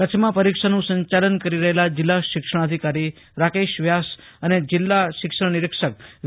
કચ્છમાં પરીક્ષાનું સંચાલન કરી રહેલાં જિલ્લા શિક્ષણાધિકારી રાકેશ વ્યાસ અને શિક્ષણ નીરિક્ષક વી